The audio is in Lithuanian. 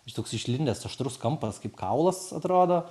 ir toks išlindęs aštrus kampas kaip kaulas atrodo